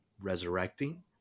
resurrecting